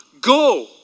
go